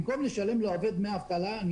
במקום לשלם לעובד דמי אבטלה אני